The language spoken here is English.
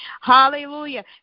Hallelujah